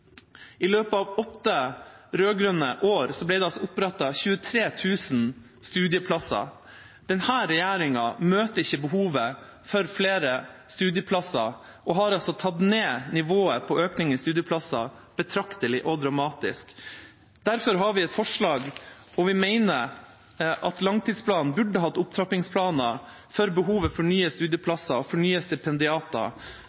I løpet av åtte rød-grønne år ble det opprettet 23 000 studieplasser. Denne regjeringa møter ikke behovet for flere studieplasser og har tatt ned nivået på økningen i studieplasser betraktelig og dramatisk. Derfor har vi et forslag om at langtidsplanen burde hatt opptrappingsplaner for behovet for nye